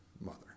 mother